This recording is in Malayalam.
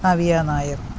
നവ്യ നായർ